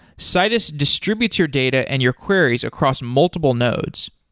citus distributes your data and your queries across multiple nodes.